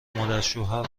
مادرشوهر